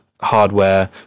hardware